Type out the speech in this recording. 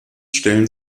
stellen